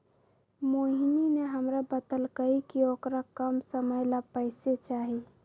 मोहिनी ने हमरा बतल कई कि औकरा कम समय ला पैसे चहि